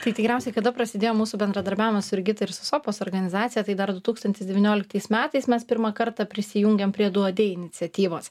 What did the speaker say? tai tikriausiai kada prasidėjo mūsų bendradarbiavimas su jurgita ir su sopos organizacija tai dar du tūkstantis devynioliktais metais mes pirmą kartą prisijungėm prie duodei iniciatyvos